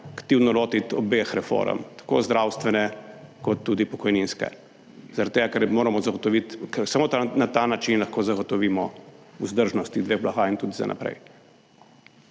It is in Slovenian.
aktivno lotiti obeh reform, tako zdravstvene kot tudi pokojninske, zaradi tega, ker moramo zagotoviti, ker samo na ta način lahko zagotovimo vzdržnosti dveh blagajn. In tudi za naprej